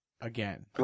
Again